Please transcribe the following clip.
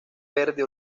verde